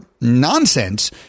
nonsense